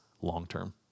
long-term